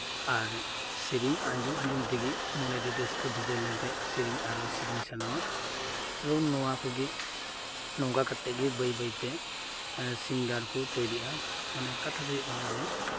ᱟᱨ ᱥᱮᱨᱮᱧ ᱟᱸᱡᱚᱢ ᱟᱸᱡᱚᱢ ᱛᱮᱜᱮ ᱢᱚᱱᱮᱨᱮ ᱨᱟᱹᱥᱠᱟᱹ ᱵᱷᱤᱡᱟᱹᱣ ᱞᱮᱱᱠᱷᱟᱱ ᱥᱮᱨᱮᱧ ᱟᱨᱦᱚᱸ ᱥᱮᱨᱮᱧ ᱥᱟᱱᱟᱣᱟ ᱮᱵᱚᱝ ᱱᱚᱣᱟᱠᱚᱜᱤ ᱱᱚᱝᱠᱟ ᱠᱟᱛᱮᱫ ᱜᱮ ᱵᱟᱹᱭ ᱵᱟᱹᱭᱛᱮ ᱥᱤᱝᱜᱟᱨ ᱠᱚ ᱛᱚᱭᱨᱤᱜ ᱟ ᱢᱟᱱᱮ ᱠᱟᱛᱷᱟ ᱫᱚ ᱦᱩᱭᱩᱜ ᱠᱟᱱᱟ ᱡᱮ